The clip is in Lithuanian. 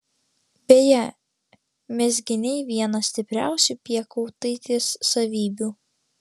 beje mezginiai viena stipriausių piekautaitės savybių